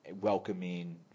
welcoming